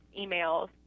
emails